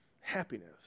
happiness